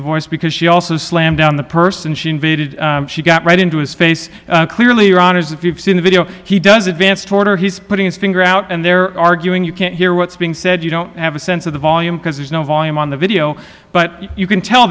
the voice because she also slammed down the person she invaded she got right into his face clearly wrong as if you've seen the video he does advance toward or he's putting his finger out and they're arguing you can't hear what's being said you don't have a sense of the volume because there's no volume on the video but you can tell